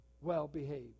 well-behaved